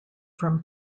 from